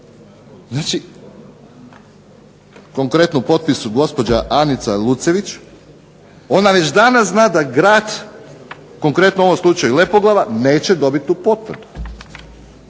Znači, konkretno u potpisu gospođu Anica Lucević ona već danas zna da grad, konkretno u ovom slučaju Lepoglava, neće dobiti tu potvrdu.